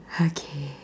okay